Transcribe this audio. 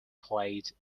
played